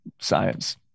science